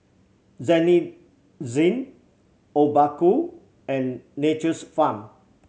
Denizen Obaku and Nature's Farm